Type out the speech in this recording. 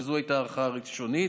זו הייתה ההערכה הראשונית,